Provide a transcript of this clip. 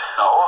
no